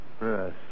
Yes